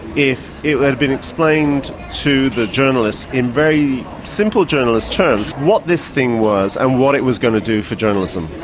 if it had of been explained to the journalists in very simple journalist terms what this thing was and what it was going to do for journalism.